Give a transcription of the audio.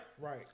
Right